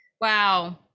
Wow